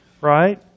right